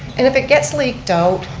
and if it gets leaked out,